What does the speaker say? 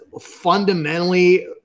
fundamentally